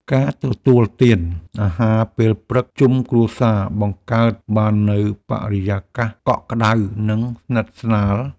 ការទទួលទានអាហារពេលព្រឹកជុំគ្រួសារ បង្កើតបាននូវបរិយាកាសកក់ក្តៅ និងស្និទ្ធស្នាល។